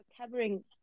covering